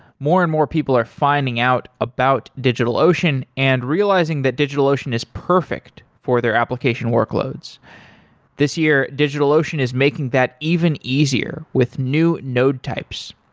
more and more people are finding out about digitalocean and realizing that digitalocean is perfect for their application workloads this year, digitalocean is making that even easier with new node types.